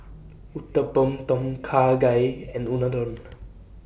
Uthapam Tom Kha Gai and Unadon